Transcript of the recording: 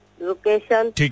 location